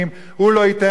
הוא לא ייתן יד,